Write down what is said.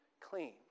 clean